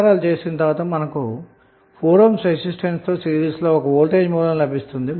ఫలితంగా మనకు 4 ohm resistance తో సిరీస్లో ఒక వోల్టేజ్ సోర్స్ లభిస్తుంది